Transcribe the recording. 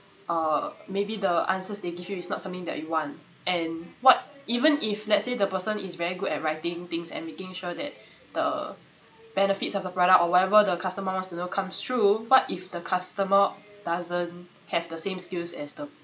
or maybe the answers they give you is not something that you want and what even if let's say the person is very good at writing things and making sure that the benefits of the product or whatever the customers you know comes through what if the customer doesn't have the same skills as the